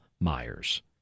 Myers